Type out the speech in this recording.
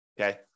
okay